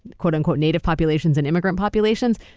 quote unquote native populations and immigrant populations.